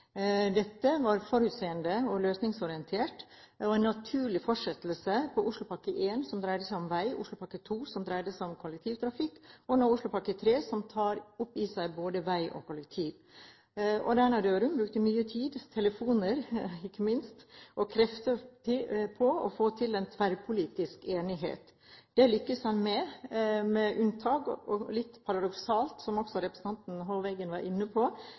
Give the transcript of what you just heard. Dette var forutseende og løsningsorientert, og en naturlig fortsettelse på Oslopakke 1, som dreide seg om vei, Oslopakke 2, som dreide seg om kollektivtrafikk, og nå Oslopakke 3, som tar opp i seg både vei og kollektiv. Odd Einar Dørum brukte mye tid, telefoner ikke minst, og krefter på å få til en tverrpolitisk enighet. Det lyktes han med, men unntak av – og litt paradoksalt, som også representanten Hov Eggen var inne på